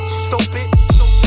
stupid